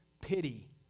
pity